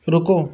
ਰੁਕੋ